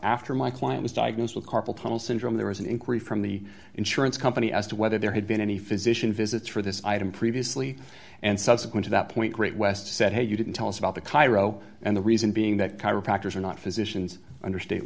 after my client was diagnosed with carpal tunnel syndrome there was an inquiry from the insurance company as to whether there had been any physician visits for this item previously and subsequent to that point great west said hey you didn't tell us about the cairo and the reason being that chiropractors are not physicians under state